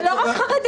זה לא רק חרדים.